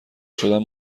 شدن